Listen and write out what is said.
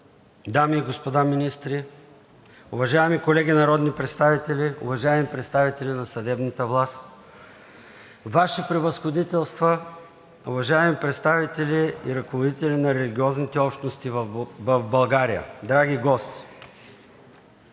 дами и господа министри, уважаеми колеги народни представители, уважаеми представители на съдебната власт, Ваши Превъзходителства, уважаеми представители и ръководители на религиозните общности в България, драги гости!